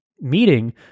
meeting